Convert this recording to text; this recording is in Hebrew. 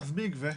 אז מי יגבה?